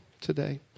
today